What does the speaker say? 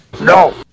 No